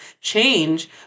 change